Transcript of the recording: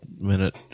minute